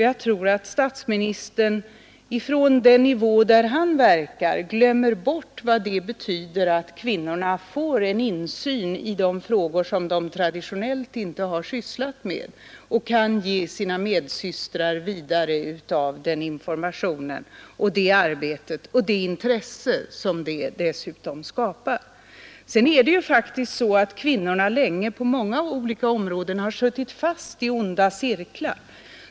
Jag tror att statsministern på den nivå där han verkar glömt bort vad det betyder att kvinnorna får en insyn i frågor, som de traditionellt inte har sysslat med, och kan föra information härifrån vidare till sina medsystrar och därmed skapa ett ökat intresse. Kvinnorna har också på många områden suttit fast i onda cirklar.